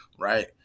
right